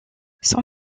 son